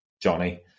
Johnny